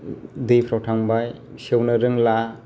दैफ्राव थांबाय सेवनो रोंला